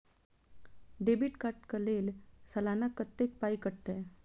Debit card कऽ लेल सलाना कत्तेक पाई कटतै?